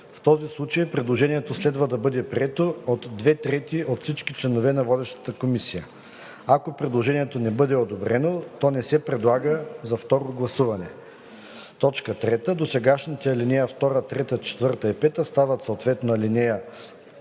В този случай предложението следва да бъде прието от две трети от всички членове на водещата комисия. Ако предложението не бъде одобрено, то не се предлага за второ гласуване.“ 3. Досегашните ал. 2, 3, 4 и 5 стават съответно ал. 3,